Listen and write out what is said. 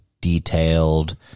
detailed